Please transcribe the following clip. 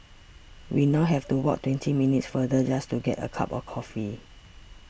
we now have to walk twenty minutes farther just to get a cup of coffee